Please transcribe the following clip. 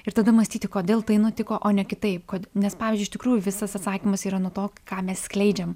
ir tada mąstyti kodėl tai nutiko o ne kitaip kod nes pavyzdžiui iš tikrųjų visas atsakymas yra nuo to ką mes skleidžiam